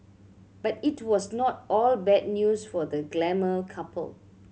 but it was not all bad news for the glamour couple